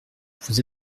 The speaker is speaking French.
vous